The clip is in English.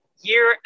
year